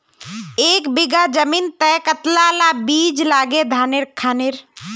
एक बीघा जमीन तय कतला ला बीज लागे धानेर खानेर?